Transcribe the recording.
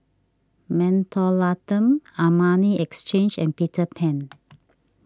Mentholatum Armani Exchange and Peter Pan